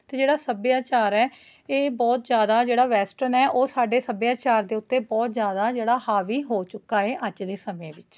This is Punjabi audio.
ਅਤੇ ਜਿਹੜਾ ਸੱਭਿਆਚਾਰ ਹੈ ਇਹ ਬਹੁਤ ਜ਼ਿਆਦਾ ਜਿਹੜਾ ਵੈਸਟਨ ਹੈ ਉਹ ਸਾਡੇ ਸੱਭਿਆਚਾਰ ਦੇ ਉੱਤੇ ਬਹੁਤ ਜ਼ਿਆਦਾ ਜਿਹੜਾ ਹਾਵੀ ਹੋ ਚੁੱਕਾ ਏ ਅੱਜ ਦੇ ਸਮੇਂ ਵਿੱਚ